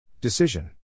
Decision